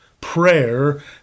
Prayer